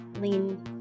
lean